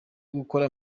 gukora